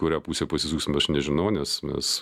kurią pusę pasisuksim aš nežinau nes mes